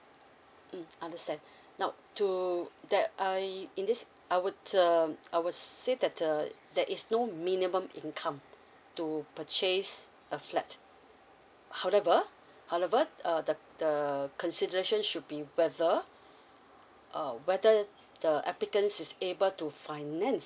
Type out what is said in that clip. mm understand now to that I in this I would um I would say that uh there is no minimum income to purchase a flat however however uh the the consideration should be whether uh whether the applicants is able to finance